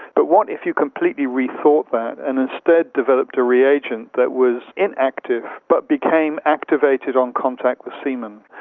but what if you completely rethought that and instead developed a reagent that was inactive but became activated on contact with semen.